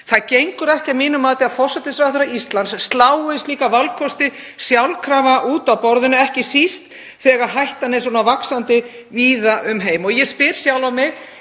Það gengur ekki að mínu mati að forsætisráðherra Íslands slái slíka valkosti sjálfkrafa út af borðinu, ekki síst þegar hættan er svona vaxandi víða um heim. Og ég spyr sjálfa mig: